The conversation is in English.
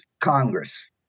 Congress